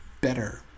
better